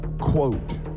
quote